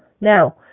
Now